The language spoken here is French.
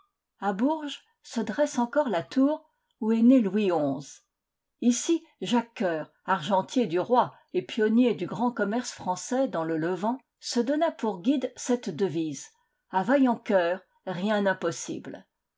a bourges se dresse encore la tour où est né louis xi ici jacques cœur argentier du roi et pionnier du grand commerce français dans le levant se donna pour guide cette devise a vaillans cœurs rien impossible